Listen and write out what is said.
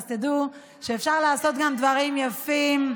אז תדעו שאפשר לעשות גם דברים יפים,